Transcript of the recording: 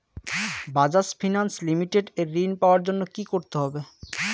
Bajaj finance limited এ ঋন পাওয়ার জন্য কি করতে হবে?